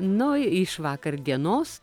nu iš vakar dienos